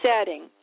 setting